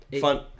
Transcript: fun